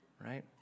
right